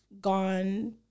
gone